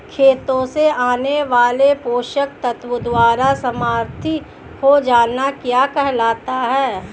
खेतों से आने वाले पोषक तत्वों द्वारा समृद्धि हो जाना क्या कहलाता है?